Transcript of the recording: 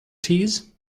teas